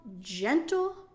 gentle